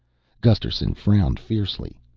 gusterson frowned fiercely.